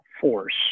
force